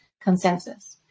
consensus